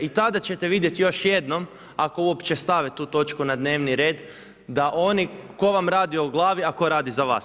I tada ćete vidjeti još jednom, ako uopće stave tu točku na dnevni red, da oni tko vam radi o glavi, a tko radi za vas.